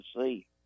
see